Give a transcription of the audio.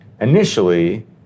Initially